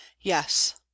yes